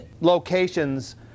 locations